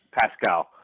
Pascal